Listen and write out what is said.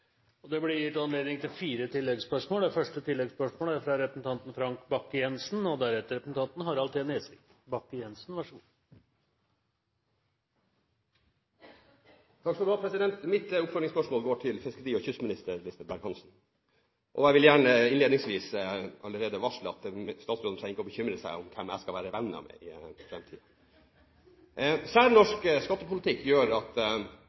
situasjon. Det blir gitt anledning til fire oppfølgingsspørsmål – først Frank Bakke-Jensen. Mitt oppfølgingsspørsmål går til fiskeri- og kystminister Lisbeth Berg-Hansen, og jeg vil gjerne allerede innledningsvis varsle at statsråden ikke trenger å bekymre seg om hvem jeg skal være venn med i framtiden. Særnorsk skattepolitikk gjør at